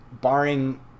barring